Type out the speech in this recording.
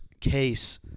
case